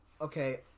Okay